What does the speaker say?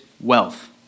wealth